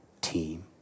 team